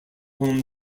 home